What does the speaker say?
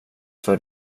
för